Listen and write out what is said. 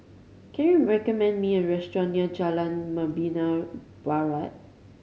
can you recommend me a restaurant near Jalan Membina Barat